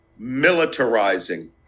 militarizing